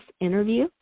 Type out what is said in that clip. interview